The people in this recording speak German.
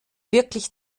wirklich